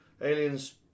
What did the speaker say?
Aliens